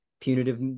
punitive